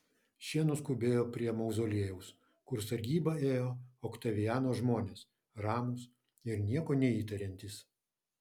šie nuskubėjo prie mauzoliejaus kur sargybą ėjo oktaviano žmonės ramūs ir nieko neįtariantys